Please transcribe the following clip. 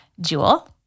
Jewel